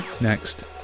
Next